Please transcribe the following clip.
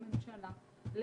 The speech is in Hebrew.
לממשלה,